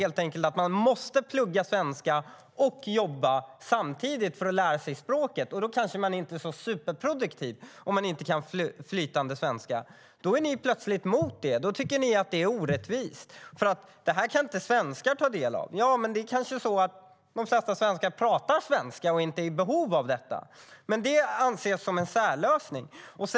Man måste plugga svenska och jobba samtidigt för att lära sig språket, och man kanske inte är superproduktiv eftersom man inte kan flytande svenska. Då är ni plötsligt emot och tycker att det är orättvist för att svenskar inte kan ta del av det. Men det är kanske så att de flesta svenskar talar svenska och är inte i behov av det. Ni ser det som en särlösning.